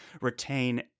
retain